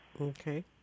Okay